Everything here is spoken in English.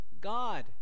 God